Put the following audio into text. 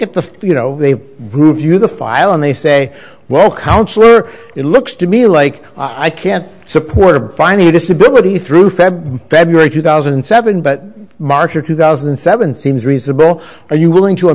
at the you know they view the file and they say well councilor it looks to me like i can't support a finding a disability through fed february two thousand and seven but march of two thousand and seven seems reasonable are you willing to